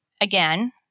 again